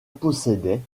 possédait